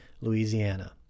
Louisiana